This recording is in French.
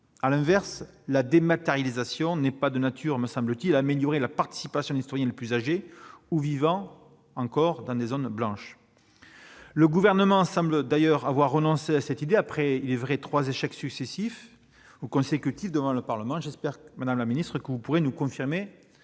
À l'inverse, la dématérialisation n'est pas de nature à améliorer la participation des citoyens les plus âgés ou vivant encore dans des zones blanches. Le Gouvernement semble d'ailleurs avoir renoncé à cette idée, après trois échecs consécutifs devant le Parlement. J'espère, madame la ministre, que vous pourrez nous confirmer